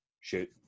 shoot